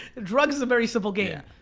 drugs is a very simple game.